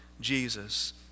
Jesus